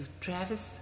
Travis